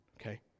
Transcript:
Okay